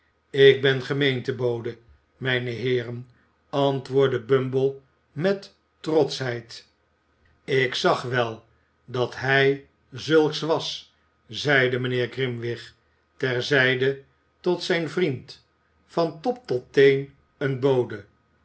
ik ben gemeente bode mijne heeren antwoordde bumble met trotschheid ik zag wel dat hij zulks was zeide mijnheer grimwig ter zijde tot zijn vriend van top tot teen een bode